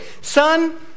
Son